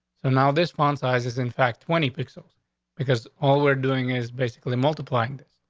so now this font sizes in fact twenty pixels because all we're doing is basically multiplying this.